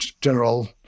General